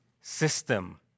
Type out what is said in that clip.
system